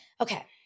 Okay